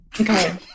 okay